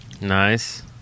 Nice